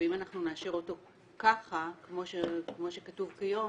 ואם אנחנו נאשר אותו ככה כמו שכתוב כיום,